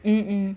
mm